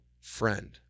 friend